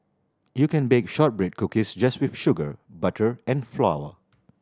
you can bake shortbread cookies just with sugar butter and flour